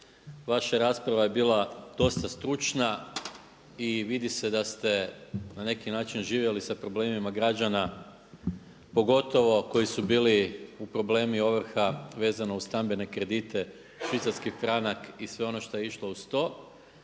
Vaša rasprava je bila dosta stručna i vidi se da ste na neki način živjeli sa problemima građana, pogotovo koji su bili u problemi ovrha vezano uz stambene kredite, švicarski franak i sve ono što je išlo uz to.